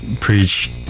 preach